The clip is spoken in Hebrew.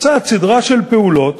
מבצעת סדרה של פעולות,